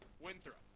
winthrop